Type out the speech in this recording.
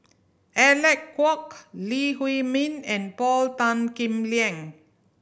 Alec Kuok Lee Huei Min and Paul Tan Kim Liang